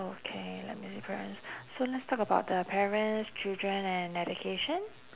okay let me pre~ so let's talk about the parents children and education